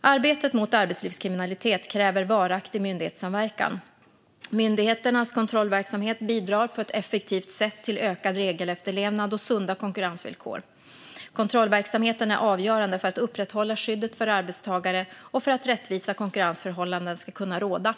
Arbetet mot arbetslivskriminalitet kräver varaktig myndighetssamverkan. Myndigheternas kontrollverksamhet bidrar på ett effektivt sätt till ökad regelefterlevnad och sunda konkurrensvillkor. Kontrollverksamheten är avgörande för att upprätthålla skyddet för arbetstagare och för att rättvisa konkurrensförhållanden ska kunna råda.